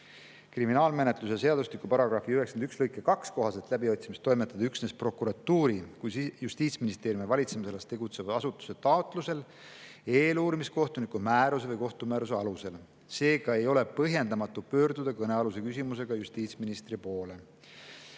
kriminaalmenetluse seadustiku paragrahvi 91 lõike 2 kohaselt läbiotsimist toimetada üksnes prokuratuuri kui Justiitsministeeriumi valitsemisalas tegutseva asutuse taotlusel eeluurimiskohtuniku määruse või kohtumääruse alusel. Seega ei ole põhjendamatu pöörduda kõnealuse küsimusega justiitsministri poole.